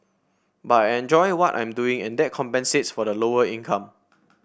but I enjoy what I'm doing and that compensates for the lower income